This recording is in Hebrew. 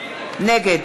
נגד